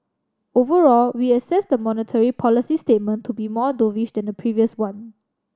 overall we assess the monetary policy statement to be more dovish than the previous one